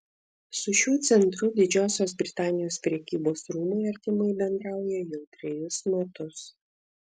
su šiuo centru didžiosios britanijos prekybos rūmai artimai bendrauja jau trejus metus